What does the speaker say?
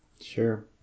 Sure